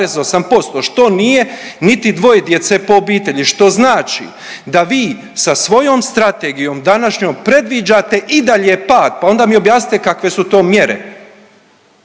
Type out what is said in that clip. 1,8% što nije niti dvoje djece po obitelji, što znači da vi sa svojom strategijom današnjom predviđate i dalje pad. Pa onda mi objasnite kakve su to mjere.